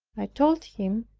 i told him,